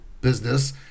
business